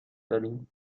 دادیم